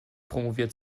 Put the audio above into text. promoviert